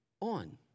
on